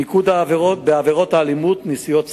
מיקוד בעבירות האלימות, נשיאות סכין,